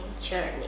journey